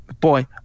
boy